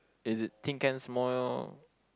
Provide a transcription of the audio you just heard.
is it tin cans more